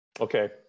Okay